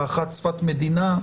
האחת שפת מדינה,